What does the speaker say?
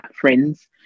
friends